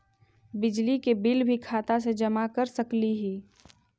बिजली के बिल भी खाता से जमा कर सकली ही?